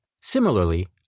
Similarly